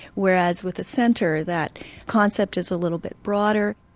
whereas with a center, that concept is a little bit broader.